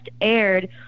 aired